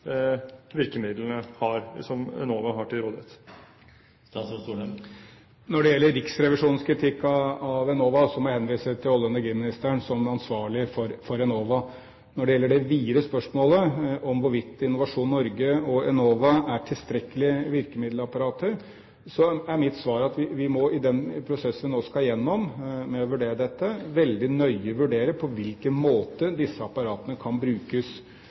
virkemidlene som Enova har til rådighet, har. Når det gjelder Riksrevisjonens kritikk av Enova, må jeg henvise til olje- og energiministeren som ansvarlig for Enova. Når det gjelder det videre spørsmålet, om hvorvidt Innovasjon Norge og Enova er tilstrekkelige virkemiddelapparater, så er mitt svar at vi må i den prosessen vi nå skal gjennom med å vurdere dette, veldig nøye vurdere på hvilken måte disse apparatene kan brukes.